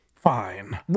Fine